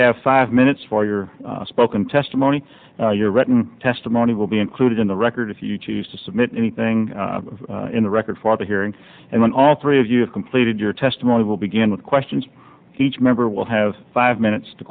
have five minutes for your spoken testimony your written testimony will be included in the record if you choose to submit anything in the record for the hearing and when all three of you have completed your testimony will begin with questions each member will have five minutes to